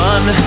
One